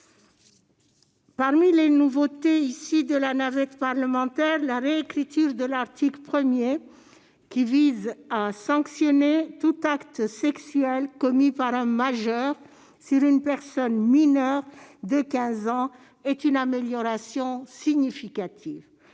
Parmi les nouveautés issues de la navette parlementaire, la réécriture de l'article 1, qui vise à sanctionner tout acte sexuel commis par un majeur sur une personne mineure de 15 ans, est une amélioration significative.